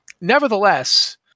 Nevertheless